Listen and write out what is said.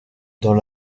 dans